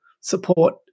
support